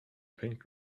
pink